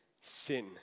sin